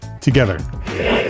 together